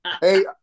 Hey